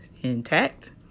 intact